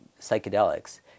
psychedelics